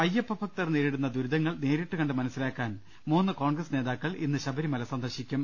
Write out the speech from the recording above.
അയ്യപ്പഭക്തർ നേരിടുന്ന ദുരിതങ്ങൾ നേരിട്ടുകണ്ടു മനസ്സിലാക്കാൻ മൂന്ന് കോൺഗ്രസ് നേതാക്കൾ ഇന്ന് ശ ബരിമല സന്ദർശിക്കും